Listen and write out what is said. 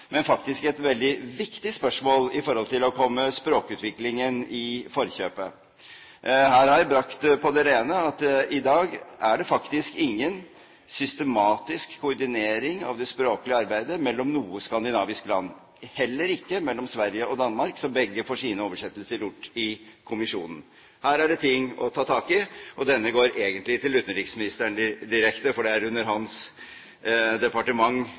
men faktisk et veldig viktig spørsmål med tanke på å komme språkutviklingen i forkjøpet. Her har jeg brakt på det rene at i dag er det faktisk ingen systematisk koordinering av det språklige arbeidet mellom noe skandinavisk land, heller ikke mellom Sverige og Danmark, som begge får sine oversettelser gjort i kommisjonen. Her er det ting å ta tak i – og denne går egentlig til utenriksministeren direkte, for det er under hans departement